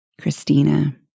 Christina